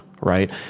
Right